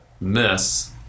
miss